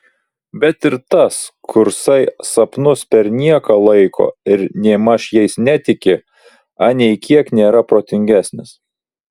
bet ir tas kursai sapnus per nieką laiko ir nėmaž jais netiki anei kiek nėra protingesnis